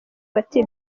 bati